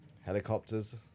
Helicopters